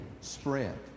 spread